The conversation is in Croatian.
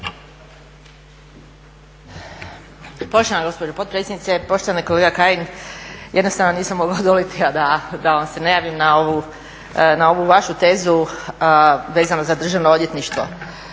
Poštovana gospođo potpredsjednice, poštovani kolega Kajin jednostavno nisam mogla odoljeti a da vam se ne javi na ovu vašu tezu vezano za držano odvjetništvo.